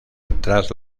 tras